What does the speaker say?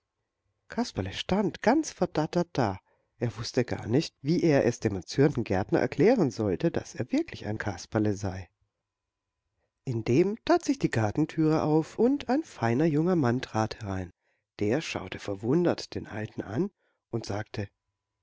kasperle stand ganz verdattert da er wußte gar nicht wie er es dem erzürnten gärtner erklären sollte daß er wirklich ein kasperle sei indem tat sich die gartentüre auf und ein feiner junger mann trat herein der schaute verwundert den alten an und sagte